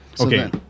Okay